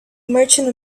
merchant